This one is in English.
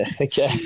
Okay